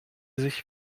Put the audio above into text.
sich